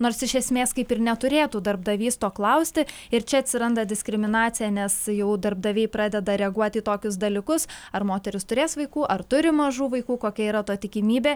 nors iš esmės kaip ir neturėtų darbdavys to klausti ir čia atsiranda diskriminacija nes jau darbdaviai pradeda reaguoti į tokius dalykus ar moteris turės vaikų ar turi mažų vaikų kokia yra ta tikimybė